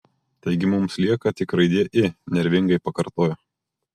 taigi mums lieka tik raidė i nervingai pakartojo